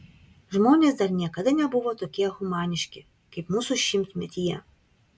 žmonės dar niekada nebuvo tokie humaniški kaip mūsų šimtmetyje